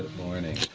morning.